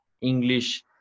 English